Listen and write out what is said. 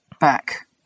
back